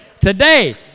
Today